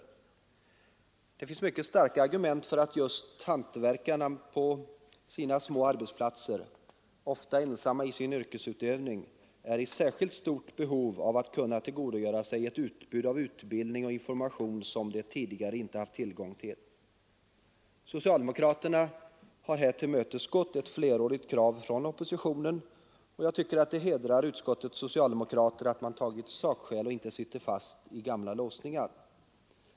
Det finns mycket starka argument för att just hantverkarna, som är verksamma på små arbetsplatser — ofta ensamma i sin yrkesutövning — har särskilt stort behov av att kunna tillgodogöra sig ett utbud av utbildning och information, som de tidigare inte haft tillgång till. Socialdemokraterna har här tillmötesgått ett flerårigt krav från oppositionen. Det hedrar utskottets socialdemokrater att man tagit sakskäl och inte är bunden av gamla låsningar.